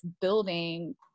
building